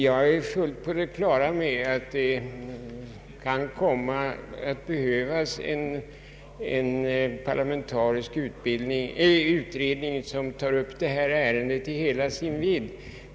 Jag är fullt på det klara med att det kan komma att behövas en parlamentarisk utredning som tar upp detta ärende i hela dess vidd.